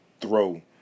throw